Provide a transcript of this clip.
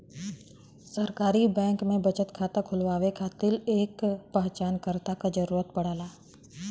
सरकारी बैंक में बचत खाता खुलवाये खातिर एक पहचानकर्ता क जरुरत पड़ला